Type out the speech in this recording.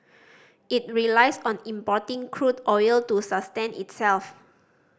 it relies on importing crude oil to sustain itself